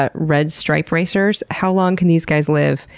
ah red stripe racers. how long can these guys live?